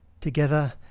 together